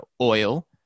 oil